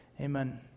Amen